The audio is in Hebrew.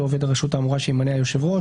או עובד הרשות האמורה שימנה היושב-ראש".